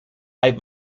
hay